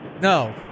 No